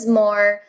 more